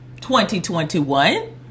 2021